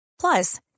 Plus